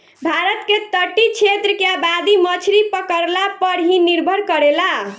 भारत के तटीय क्षेत्र के आबादी मछरी पकड़ला पर ही निर्भर करेला